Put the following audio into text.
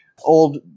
old